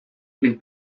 pil